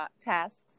tasks